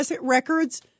records